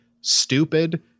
stupid